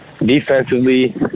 defensively